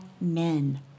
men